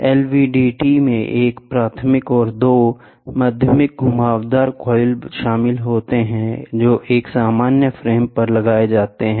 LVDT में एक प्राथमिक और दो माध्यमिक घुमावदार कॉइल शामिल होते हैं जो एक सामान्य फ्रेम पर लगे होते हैं